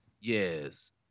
Yes